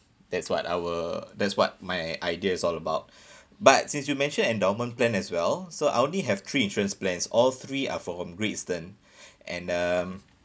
that's what our that's what my ideas all about but since you mention endowment plan as well so I only have three insurance plans all three are from great eastern and um